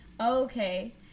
okay